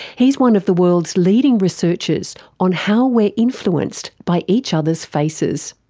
he's one of the world's leading researchers on how we're influenced by each other's faces.